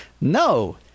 No